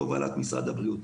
בהובלת משרד הבריאות.